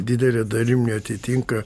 didele dalim neatitinka